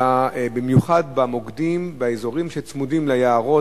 במיוחד באזורים שצמודים ליערות,